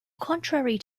contrary